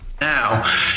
Now